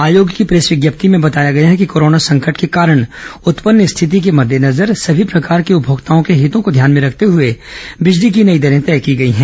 आयोग की प्रेस विज्ञप्ति में बताया गया है कि कोरोना संकट के कारण उत्पन्न स्थिति के मद्देनजर सभी प्रकार के उपभोक्ताओं के हितों को ध्यान में रखते हुए बिजली की नई दरें तय की गई हैं